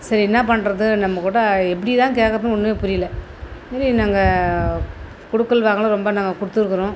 சரி என்ன பண்ணுறது நம்மகிட்ட எப்படிதான் கேட்குறது ஒண்ணுமே புரியல இனி நாங்கள் கொடுக்கல் வாங்கள் ரொம்ப நாங்கள் கொடுத்துருக்குறோம்